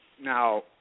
Now